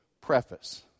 preface